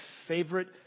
favorite